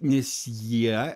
nes jie